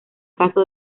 caso